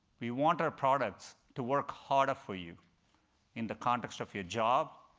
we want our products to work harder for you in the context of your job,